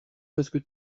presque